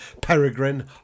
Peregrine